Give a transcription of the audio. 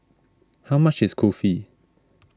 how much is Kulfi